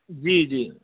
جی جی